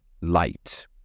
light